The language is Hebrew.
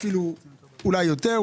אולי יותר,